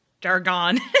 jargon